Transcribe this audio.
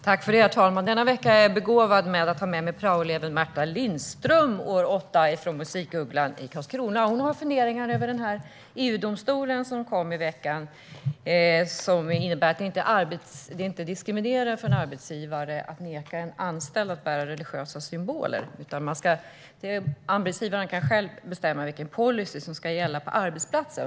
Herr talman! Denna vecka har jag berikats med praoeleven Märta Lindström, årskurs 8 på Musikugglan i Karlskrona. Hon har funderingar över domen från EU-domstolen som kom i veckan. Den innebär att det inte är diskriminerande av en arbetsgivare att neka en anställd att bära religiösa symboler. Arbetsgivaren kan själv bestämma vilken policy som ska gälla på arbetsplatsen.